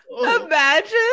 Imagine